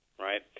right